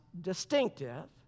distinctive